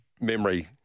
memory